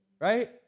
right